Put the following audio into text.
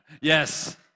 Yes